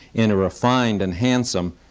in a refined and handsome,